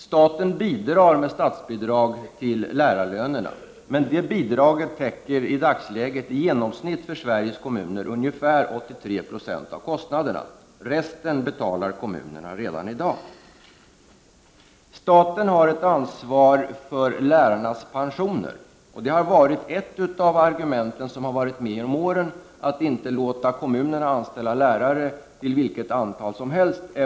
Staten bidrar med statsbidrag till lärarlönerna, men det bidraget täcker i dagsläget i genomsnitt för Sveriges kommuner ungefär 83 70 av kostnaderna, resten betalar kommunerna redan i dag. Staten har ett ansvar för lärarnas pensioner. Det har varit ett av argumenten genom åren för att inte låta kommunerna anställa lärare till vilket antal som helst.